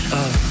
up